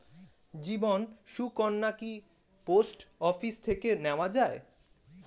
জীবন সুকন্যা কি post office থেকে নেওয়া যায়?